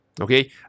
okay